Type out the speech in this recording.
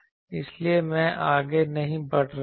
इसलिए मैं आगे नहीं बढ़ रहा हूं